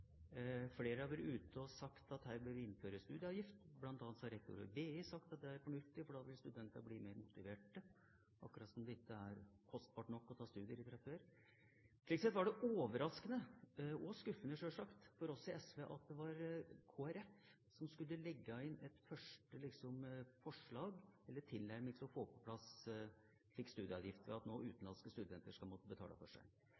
Flere har vært ute og sagt at vi bør innføre studieavgift. Blant annet har rektor ved BI sagt at det er fornuftig, for da vil studentene blir mer motiverte – akkurat som om det ikke er kostbart nok fra før å studere. Slik sett var det overraskende – og skuffende, sjølsagt – for oss i SV at det var Kristelig Folkeparti som skulle legge inn et slags første forslag om eller en tilnærming til å få på plass en slik studieavgift, at utenlandske studenter nå